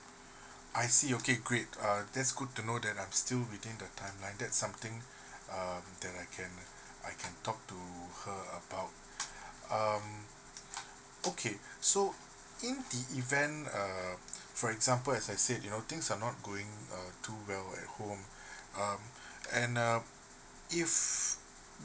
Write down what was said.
I see okay great uh that's good to know that I'm still within the timeline that's something um that I can I can talk to her about um okay so in the event err for example as I said you know things are not going uh too well at home um and uh if